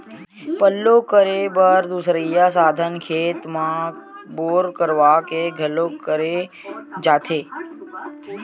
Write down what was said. पल्लो करे बर दुसरइया साधन खेत म बोर करवा के घलोक करे जाथे